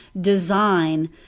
design